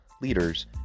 leaders